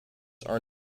are